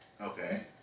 Okay